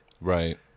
Right